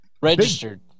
Registered